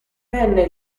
venne